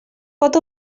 pot